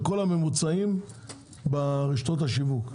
של כל הממוצעים ברשתות השיווק.